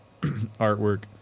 artwork